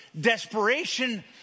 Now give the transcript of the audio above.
desperation